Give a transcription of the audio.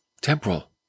temporal